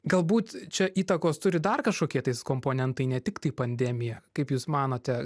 galbūt čia įtakos turi dar kažkokie tais komponentai ne tiktai pandemija kaip jūs manote